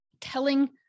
telling